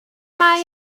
mae